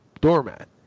doormat